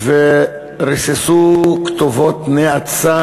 ריססו כתובות נאצה